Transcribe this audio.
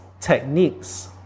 techniques